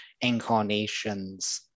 incarnations